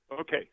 Okay